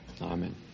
amen